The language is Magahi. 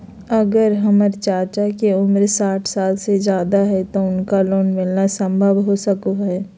अगर हमर चाचा के उम्र साठ साल से जादे हइ तो उनका लोन मिलना संभव हो सको हइ?